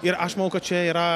ir aš manau kad čia yra